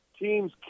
teams